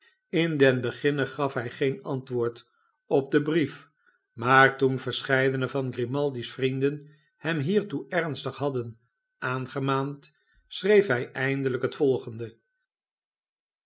in den beginne gaf hij geen antwoord op den brief maar toen verscheidene van grimaldi's vriendeh hem hiertoe ernstig hadden aangemaand schreef hij eindelijk het volgende